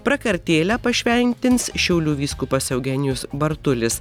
prakartėlę pašventins šiaulių vyskupas eugenijus bartulis